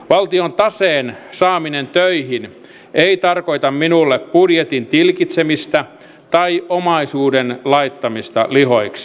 valtion taseen saaminen töihin ei tarkoita minulle budjetin tilkitsemistä tai omaisuuden laittamista lihoiksi